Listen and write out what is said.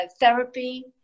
therapy